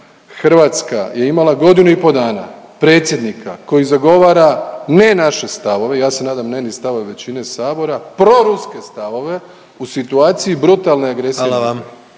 Hrvatska je imala godinu i pol dana predsjednika koji zagovara ne naše stavove, ja se nadam ne ni stavove većine sabora, proruske stavove u situaciji brutalne agresije na